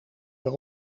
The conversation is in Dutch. per